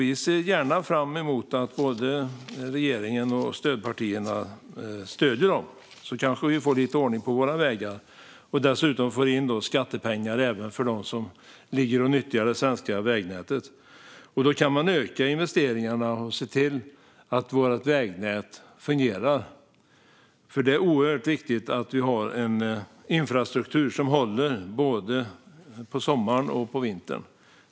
Vi ser fram emot att både regeringen och stödpartierna ska stödja dem, så kan vi kanske få lite ordning på våra vägar och dessutom få in skattepengar från dem som nyttjar det svenska vägnätet. Då kan vi öka investeringarna och se till att vårt vägnät fungerar. Det är oerhört viktigt att vi har en infrastruktur som håller både på sommaren och på vintern.